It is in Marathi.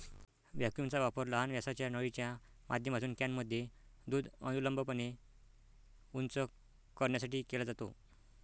व्हॅक्यूमचा वापर लहान व्यासाच्या नळीच्या माध्यमातून कॅनमध्ये दूध अनुलंबपणे उंच करण्यासाठी केला जातो